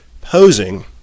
posing